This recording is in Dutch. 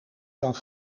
kan